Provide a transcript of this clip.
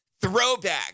throwback